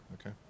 okay